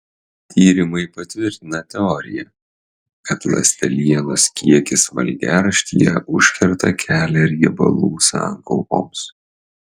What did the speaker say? tyrimai patvirtina teoriją kad ląstelienos kiekis valgiaraštyje užkerta kelią riebalų sankaupoms